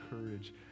courage